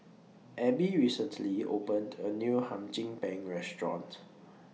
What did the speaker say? Abie recently opened A New Hum Chim Peng Restaurant